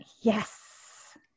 yes